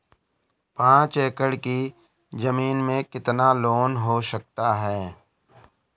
पाँच एकड़ की ज़मीन में कितना लोन हो सकता है?